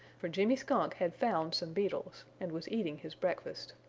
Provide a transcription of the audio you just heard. for jimmy skunk had found some beetles and was eating his breakfast.